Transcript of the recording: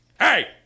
Hey